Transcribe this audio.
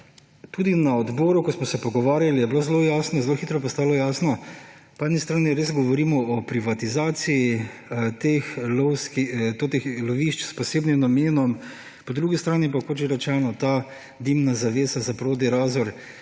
Tudi na odboru, ko smo se pogovarjali, je zelo hitro postalo jasno, po eni strani res govorimo o privatizaciji teh lovišč s posebnim namenom, po drugi strani pa ta dimna zavesa za Prodi-Razor,